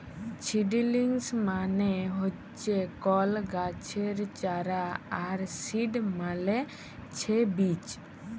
seedlings মানে হচ্যে কল গাছের চারা আর সিড মালে ছে বীজ